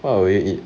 what would you eat